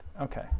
Okay